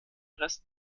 rest